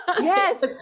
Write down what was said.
Yes